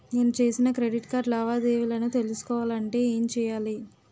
నేను చేసిన credit card లావాదేవీలను తెలుసుకోవాలంటే ఏం చేయాలి?